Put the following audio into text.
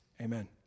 amen